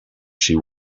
she